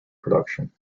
production